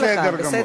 בסדר גמור.